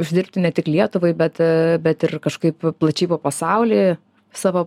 uždirbti ne tik lietuvai bet bet ir kažkaip plačiai po pasaulį savo